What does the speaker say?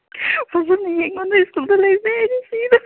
ꯑꯩꯉꯣꯟꯗ ꯁ꯭ꯀꯨꯜꯗ ꯂꯩꯕ꯭ꯔꯌꯦ ꯑꯩꯗꯤ ꯁꯤꯔꯦ